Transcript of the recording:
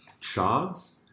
Charles